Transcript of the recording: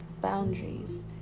boundaries